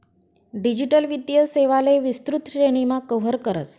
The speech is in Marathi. डिजिटल वित्तीय सेवांले विस्तृत श्रेणीमा कव्हर करस